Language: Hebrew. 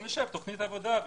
נשב, תוכנית עבודה.